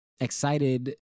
excited